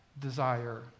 desire